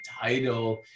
title